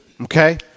Okay